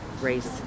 race